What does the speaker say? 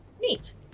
Neat